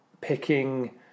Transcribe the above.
picking